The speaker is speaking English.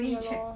ya lor